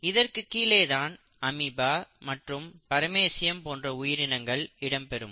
இதற்குக் கீழே தான் அமீபா மற்றும் பரமேசியம் போன்ற உயிரினங்கள் இடம்பெறும்